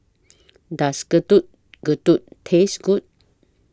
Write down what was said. Does Getuk Getuk Taste Good